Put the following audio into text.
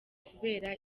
kubera